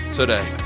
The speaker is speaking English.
today